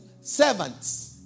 servants